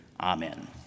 Amen